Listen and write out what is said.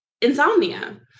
insomnia